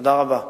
תודה רבה.